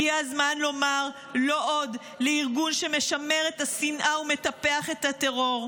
הגיע הזמן לומר לא עוד לארגון שמשמר את השנאה ומטפח את הטרור.